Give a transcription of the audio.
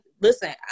listen